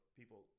people